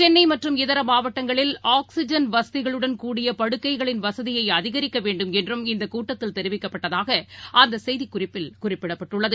சென்னைமற்றும் இதரமாவட்டங்களில் ஆக்ஸிஜன் வசதிகளுடன் கூடிய படுக்கைகளின் வசதியைஅதிகரிக்கவேண்டும் என்றும் இந்தக் கூட்டத்தில் தெரிவிக்கப்பட்டதாகஅந்தசெய்திக்குறிப்பில் குறிப்பிடப்பட்டுள்ளது